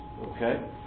Okay